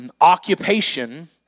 occupation